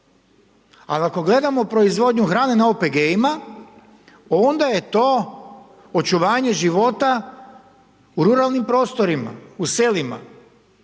ali ako gledamo proizvodnju na OPG-ima onda je to očuvanje života u ruralnim prostorima u selima,